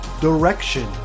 direction